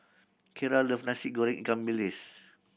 Kiera love Nasi Goreng ikan bilis